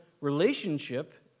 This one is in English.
relationship